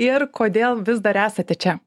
ir kodėl vis dar esate čia